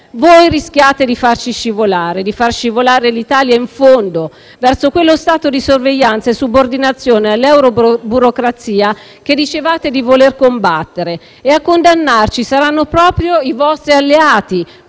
Voi rischiate di far scivolare l'Italia in fondo, verso quello stato di sorveglianza e subordinazione all'euroburocrazia che dicevate di volere combattere, e a condannarci saranno proprio i vostri alleati,